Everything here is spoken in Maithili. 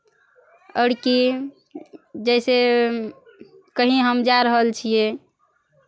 आओर की जइसे कहीँ हम जाय रहल छियै